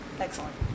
Excellent